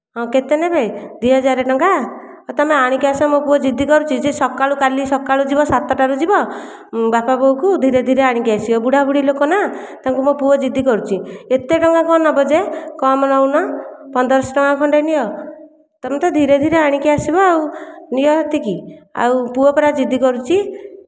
ହଁ କେତେ ନେବେ ଦୁଇ ହଜାର ଟଙ୍କା ହେଉ ତୁମେ ଆଣିକି ଆସ ମୋ ପୁଅ ଜିଦ୍ କରୁଛି ସେ ସକାଳୁ ଯିବ କାଲି ସକାଳୁ ସାତଟାରୁ ଯିବ ବାପା ବୋଉଙ୍କୁ ଧୀରେ ଧୀରେ ଆଣିକି ଆସିବ ବୁଢା ବୁଢ଼ୀ ଲୋକ ନା ତାଙ୍କୁ ମୋ ପୁଅ ଜିଦ୍ କରୁଛି ଏତେ ଟଙ୍କା କଣ ନେବ ଯେ କମ୍ ନେଉନ ପନ୍ଦର ଶହ ଟଙ୍କା ଖଣ୍ଡେ ନିଅ ତୁମେ ତ ଧୀରେ ଧୀରେ ଆଣିକି ଆସିବ ଆଉ ନିଅ ସେତିକି ଆଉ ପୁଅ ପରା ଜିଦ୍ କରୁଛି